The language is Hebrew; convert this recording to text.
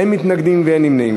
אין מתנגדים ואין נמנעים.